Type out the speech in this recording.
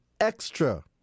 extra